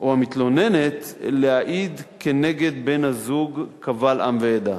או המתלוננת, להעיד כנגד בן-הזוג קבל עם ועדה.